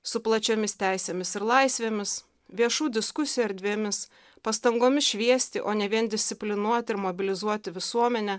su plačiomis teisėmis ir laisvėmis viešų diskusijų erdvėmis pastangomis šviesti o ne vien disciplinuoti ir mobilizuoti visuomenę